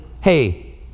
hey